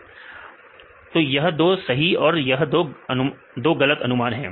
विद्यार्थी true positive और true तो यह दो सही और दो गलत अनुमान है